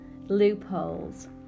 loopholes